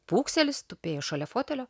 pukselis tupėjo šalia fotelio